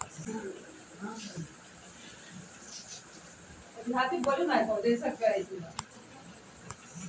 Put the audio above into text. नेपाल के पईसा भारत में आधा हो जात हवे